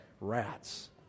rats